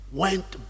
went